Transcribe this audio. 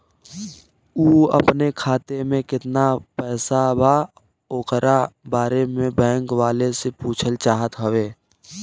उ अपने खाते में कितना पैसा बा ओकरा बारे में बैंक वालें से पुछल चाहत हवे?